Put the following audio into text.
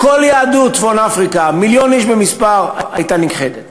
כל יהדות צפון-אפריקה, מיליון במספר, הייתה נכחדת.